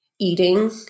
eating